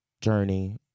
journey